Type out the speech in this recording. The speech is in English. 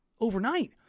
overnight